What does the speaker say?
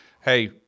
hey